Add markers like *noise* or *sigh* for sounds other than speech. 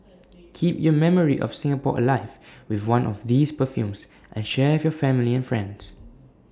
*noise* keep your memory of Singapore alive with one of these perfumes and share with your family and friends